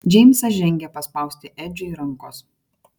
džeimsas žengė paspausti edžiui rankos